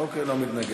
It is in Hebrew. אוקיי, לא מתנגד.